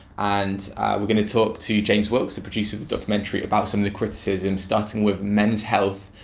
and we're gonna talk to james wilks, the producer of the documentary, about some of the criticisms, starting with men's health,